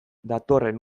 datorren